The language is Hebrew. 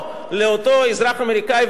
האזרח האמריקני,